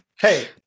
hey